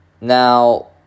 Now